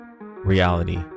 reality